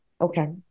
okay